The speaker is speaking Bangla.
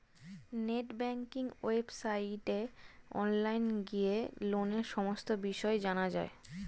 নেট ব্যাঙ্কিং ওয়েবসাইটে অনলাইন গিয়ে লোনের সমস্ত বিষয় জানা যায়